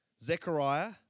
Zechariah